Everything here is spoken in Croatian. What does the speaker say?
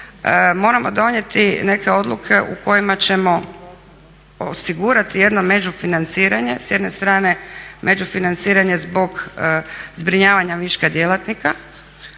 moramo donijeti neke odluke u kojima ćemo osigurati jedno među financiranje. S jedne strane među financiranje zbog zbrinjavanja viška djelatnika,